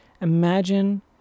imagine